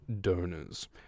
donors